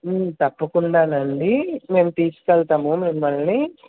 తప్పకుండానండి మేము తీసుకుని వెళ్తాము మిమ్మల్ని